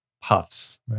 puffs